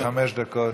כן, חמש דקות.